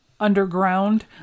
Underground